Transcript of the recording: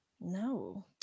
no